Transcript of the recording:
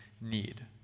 need